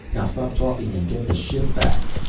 now stop talking and get the ship back!